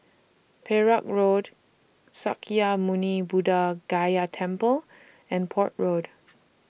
Perak Road Sakya Muni Buddha Gaya Temple and Port Road